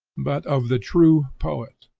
but of the true poet.